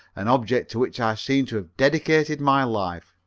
an object to which i seem to have dedicated my life.